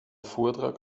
vortrag